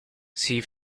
sii